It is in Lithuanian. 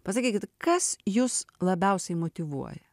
pasakykit kas jus labiausiai motyvuoja